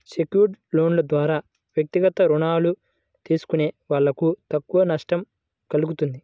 secured లోన్ల ద్వారా వ్యక్తిగత రుణాలు తీసుకునే వాళ్ళకు తక్కువ నష్టం కల్గుతుంది